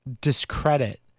discredit